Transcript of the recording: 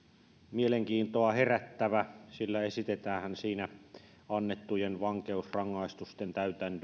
mielenkiintoa herättävä sillä esitetäänhän siinä annettujen vankeusrangaistusten